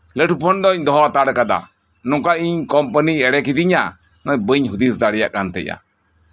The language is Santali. ᱞᱟᱹᱴᱩ ᱯᱷᱚᱱ ᱫᱳᱧ ᱫᱚᱦᱚ ᱦᱟᱛᱟᱲ ᱠᱟᱫᱟ ᱱᱚᱝᱠᱟ ᱤᱧ ᱠᱳᱢᱯᱟᱱᱤ ᱮᱲᱮ ᱠᱮᱫᱤᱧᱟ ᱵᱟᱹᱧ ᱦᱩᱫᱤᱥ ᱫᱟᱲᱮᱭᱟᱜ ᱠᱟᱱ ᱛᱟᱦᱮᱸᱫᱮᱭᱟ